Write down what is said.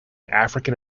african